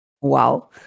Wow